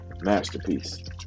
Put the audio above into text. masterpiece